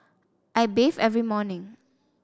I bathe every morning